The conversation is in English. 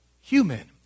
human